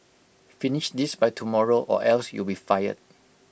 finish this by tomorrow or else you'll be fired